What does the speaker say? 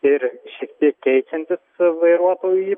ir šiek tiek keičiantys vairuotojų į